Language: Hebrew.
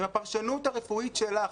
אם הפרשנות הרפואית שלך,